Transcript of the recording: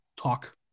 talk